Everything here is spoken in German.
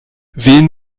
wen